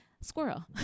squirrel